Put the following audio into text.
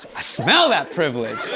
i smell that privilege.